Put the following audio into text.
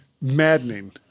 maddening